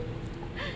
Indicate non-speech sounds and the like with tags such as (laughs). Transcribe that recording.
(laughs)